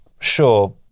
sure